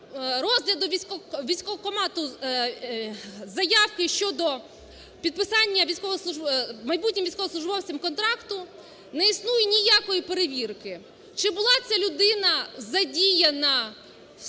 розгляду військкомату заявки щодо підписання майбутнім військовослужбовцям контракту не існує ніякої перевірки чи була ця людина задіяна в